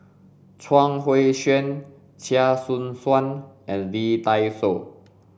Chuang Hui Tsuan Chia Choo Suan and Lee Dai Soh